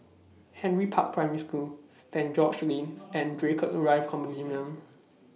Henry Park Primary School Saint George's Lane and Draycott Drive Condominium